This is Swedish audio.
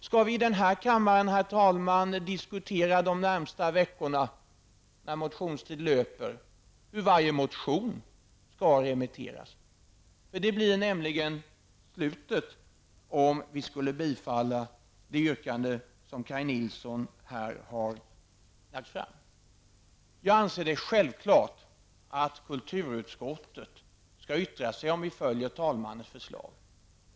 Skall vi de närmaste veckorna under löpande motionstid i denna kammare diskutera vart varje motion skall remitteras? Detta skulle nämligen bli följden om vi skulle bifalla det yrkande som Kaj Nilsson har lagt fram. Jag anser det vara självklart att kulturutskottet skall yttra sig, om vi följer talmannens förslag.